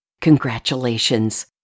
Congratulations